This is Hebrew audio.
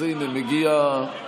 אז הינה, מגיע החומר.